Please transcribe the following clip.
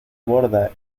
borda